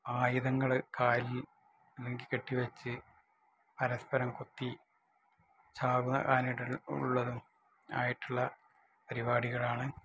ആയുധങ്ങൾ കാലിൽ അല്ലെങ്കില് കെട്ടിവെച്ച് പരസ്പരം കൊത്തി ചാകുന്ന കാലഘട്ടം ഉള്ളതും ആയിട്ടുള്ള പരിപാടികളാണ്